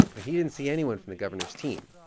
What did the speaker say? but but he didn't see anyone from the governor's team.